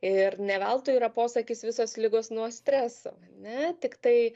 ir ne veltui yra posakis visos ligos nuo streso ane tik tai